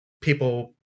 people